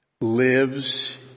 lives